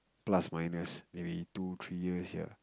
plus minus maybe two three years ya